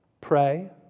pray